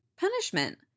punishment